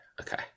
Okay